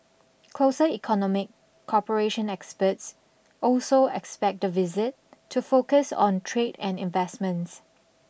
closer economic cooperation experts also expect the visit to focus on trade and investments